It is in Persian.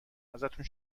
ازتون